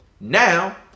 Now